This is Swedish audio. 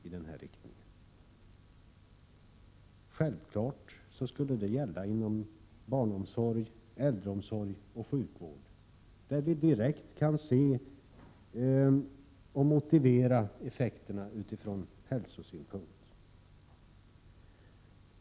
Självfallet skulle sådana föreskrifter ges inom barnomsorg, äldreomsorg och sjukvård, där vi direkt kan se och motivera effekterna utifrån hälsosynpunkt.